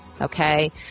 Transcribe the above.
Okay